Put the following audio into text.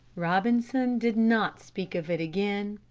robinson did not speak of it again,